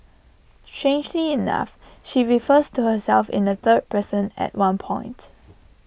strangely enough she refers to herself in the third person at one point